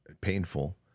painful